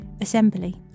assembly